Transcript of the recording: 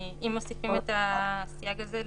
אם מוסיפים את הסייג הזה,